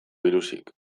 biluzik